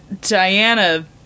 Diana